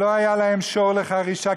לא היה להם שור לחרישה,